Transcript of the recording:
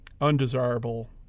undesirable